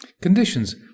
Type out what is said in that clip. Conditions